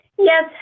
Yes